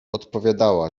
odpowiadała